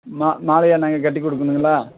மா மாலையா நாங்கள் கட்டிக் கொடுக்கணுங்களா